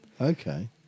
Okay